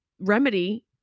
remedy